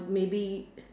maybe